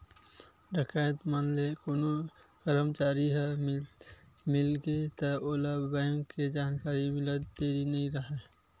डकैत मन ले कोनो करमचारी ह मिलगे त ओला बेंक के जानकारी मिलत देरी नइ राहय